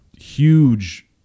huge